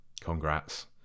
congrats